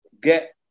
get